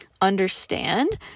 understand